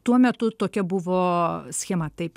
tuo metu tokia buvo schema taip